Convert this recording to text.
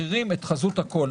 אין לזה השפעה על המחירים לדעתך?